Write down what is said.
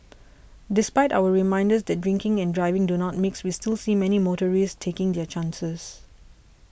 despite our reminders that drinking and driving do not mix we still see many motorists taking their chances